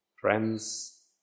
friends